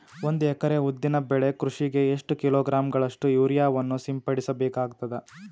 ಒಂದು ಎಕರೆ ಉದ್ದಿನ ಬೆಳೆ ಕೃಷಿಗೆ ಎಷ್ಟು ಕಿಲೋಗ್ರಾಂ ಗಳಷ್ಟು ಯೂರಿಯಾವನ್ನು ಸಿಂಪಡಸ ಬೇಕಾಗತದಾ?